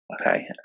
Okay